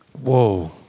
Whoa